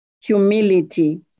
Humility